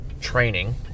training